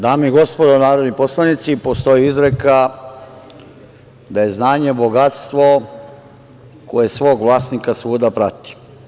Dame i gospodo narodni poslanici, postoji izreka – da je znanje bogatstvo koje svog vlasnika svuda prati.